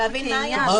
כדי להבין מה היעד.